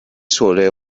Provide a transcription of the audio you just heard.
sole